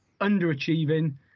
underachieving